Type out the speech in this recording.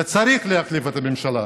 וצריך להחליף את הממשלה.